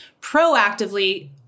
proactively